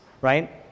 right